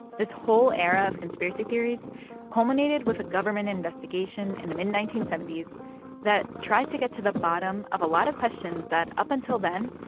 this whole era of conspiracy theories culminated with a government investigation in the mid nineteen seventy s that tried to get to the bottom of a lot of questions that, up until then,